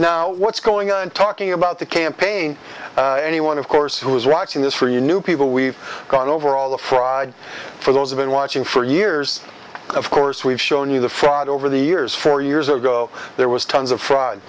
now what's going on talking about the campaign any one of course who is writing this for you new people we've gone over all the fraud for those have been watching for years of course we've shown you the fraud over the years four years ago there was tons of fraud